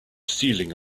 stealing